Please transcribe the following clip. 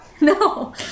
no